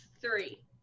three